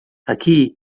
aqui